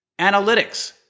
Analytics